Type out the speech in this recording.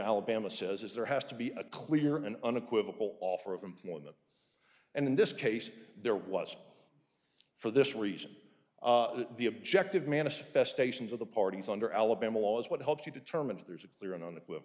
alabama says is there has to be a clear and unequivocal offer of employment and in this case there was for this reason that the objective manifestations of the parties under alabama law is what helps you determine if there is a clear and hon